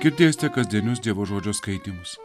girdėste kasdienius dievo žodžio skaitymus